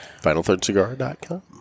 Finalthirdcigar.com